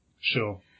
Sure